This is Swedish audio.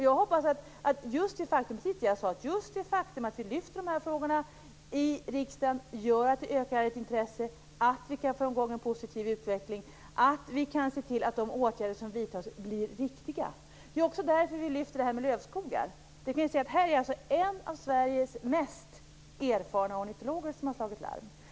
Jag hoppas, precis som jag sade, att just det faktum att vi lyfter fram de här frågorna i riksdagen gör att intresset ökar, att vi kan få i gång en positiv utveckling och att vi kan se till att de åtgärder som vidtas blir riktiga. Det är också därför vi lyfter fram det här med lövskogar. Här är det alltså en av Sveriges mest erfarna ornitologer som har slagit larm.